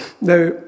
Now